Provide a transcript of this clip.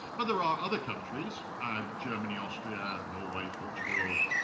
but there are other countries, germany, austria, norway, portugal,